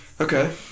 Okay